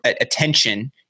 attention